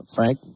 Frank